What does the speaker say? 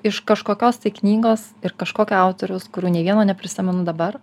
iš kažkokios tai knygos ir kažkokio autoriaus kurių nė vieno neprisimenu dabar